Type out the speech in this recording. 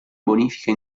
bonifica